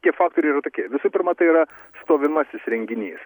tie faktoriai yra tokie visų pirma tai yra stovimasis renginys